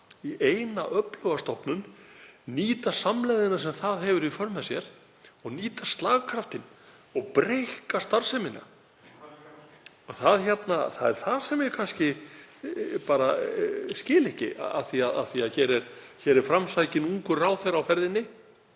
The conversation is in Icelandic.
í eina öfluga stofnun, nýta samlegðina sem það hefur í för með sér og nýta slagkraftinn og breikka starfsemina? (Gripið fram í.) Það er það sem ég skil ekki af því að hér er framsækinn ungur ráðherra á ferðinni